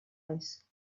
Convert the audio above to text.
eyes